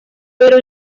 pero